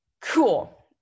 Cool